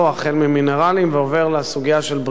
החל ממינרלים ועובר לסוגיה של בריאות,